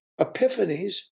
epiphanies